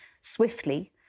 swiftly